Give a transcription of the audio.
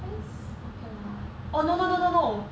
friends okay lah oh no no no no no